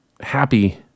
happy